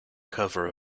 cover